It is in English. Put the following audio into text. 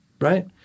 right